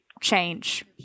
change